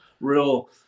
real